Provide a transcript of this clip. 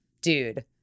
dude